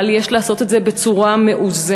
אבל יש לעשות את זה בצורה מאוזנת.